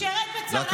הוא שירת בצה"ל.